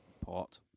port